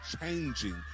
changing